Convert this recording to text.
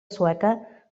sueca